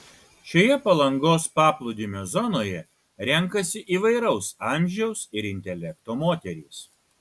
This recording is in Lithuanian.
šioje palangos paplūdimio zonoje renkasi įvairaus amžiaus ir intelekto moterys